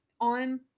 on